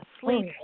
sleep